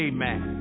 Amen